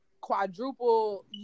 quadruple